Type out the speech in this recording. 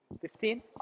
Fifteen